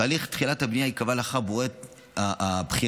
תאריך תחילת הבנייה ייקבע לאחר מועד בחירת